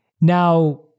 Now